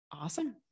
awesome